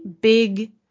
big